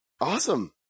Awesome